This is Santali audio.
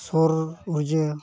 ᱥᱳᱨ ᱩᱨᱡᱟᱹ